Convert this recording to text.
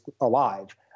alive